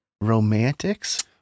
Romantics